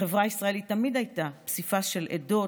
החברה הישראלית תמיד הייתה פסיפס של עדות,